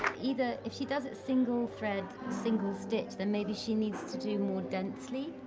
either, if she does it single thread, single stitch, then maybe she needs to do more densely?